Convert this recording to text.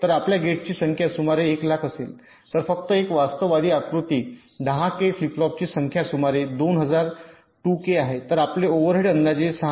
तर आपल्या गेट्सची संख्या सुमारे एक लाख असेल तर फक्त एक वास्तववादी आकृती 100 के फ्लिप फ्लॉपची संख्या सुमारे 2000 2 के आहे तर आपले ओव्हरहेड अंदाजे 6